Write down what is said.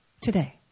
Today